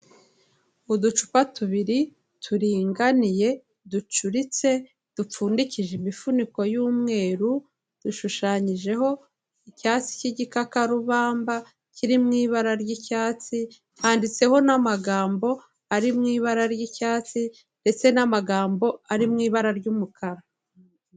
Uducupa tubiri turinganiye ducuritse, dupfundikije imifuniko y'umweru, dushushanyijeho icyatsi cy'igikakarubamba kiri mu ibara ry'icyatsi, handitseho n'amagambo ari mu ibara ry'icyatsi, ndetse n'amagambo ari mu ibara ry'umukara.